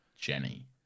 jenny